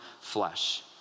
flesh